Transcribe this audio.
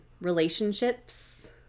relationships